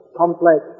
complex